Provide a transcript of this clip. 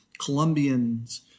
colombians